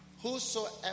whosoever